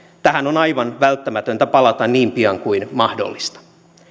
tähän on aivan välttämätöntä palata niin pian kuin mahdollista